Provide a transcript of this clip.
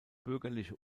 bürgerliche